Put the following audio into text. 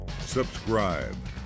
subscribe